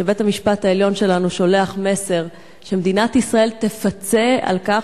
ובית-המשפט העליון שלנו שולח מסר שמדינת ישראל תפצה על כך